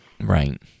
Right